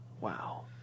Wow